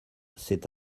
c’est